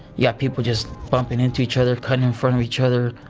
you got people just bumping into each other, cutting in front of each other.